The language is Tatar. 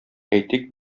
әйтик